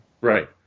Right